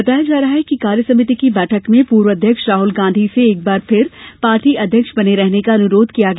बताया जा रहा है कि कार्य समिति की बैठक में पूर्व अध्यक्ष राहल गांधी से एक बार फिर पार्टी अध्यक्ष बने रहने का अनुरोध किया गया